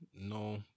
No